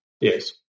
Yes